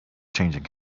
changing